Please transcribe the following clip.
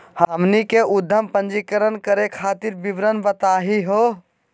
हमनी के उद्यम पंजीकरण करे खातीर विवरण बताही हो?